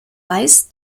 weiß